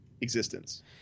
existence